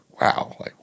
Wow